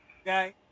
Okay